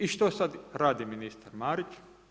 I što sada radi ministar Marić?